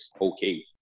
okay